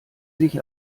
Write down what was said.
sich